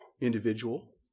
individual